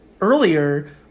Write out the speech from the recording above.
earlier